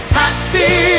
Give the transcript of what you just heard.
happy